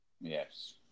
Yes